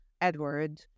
Edward